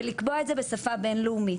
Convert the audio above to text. ולקבוע את זה בשפה בינלאומית,